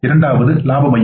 இரண்டாவது லாப மையம்